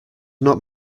not